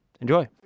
Enjoy